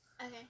Okay